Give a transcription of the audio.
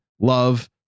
love